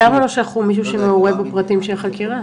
למה לא שלחו מישהו שמעורה בפרטים של החקירה?